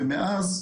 מאז,